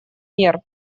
мер